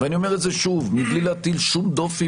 אני אומר את זה מבלי להטיל שום דופי